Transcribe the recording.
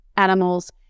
animals